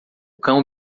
cão